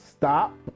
Stop